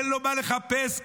אין לו מה לחפש כאן,